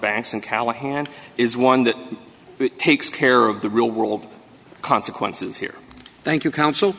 banks and callahan is one it takes care of the real world consequences here thank you coun